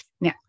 Now